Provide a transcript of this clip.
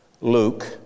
Luke